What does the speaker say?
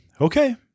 Okay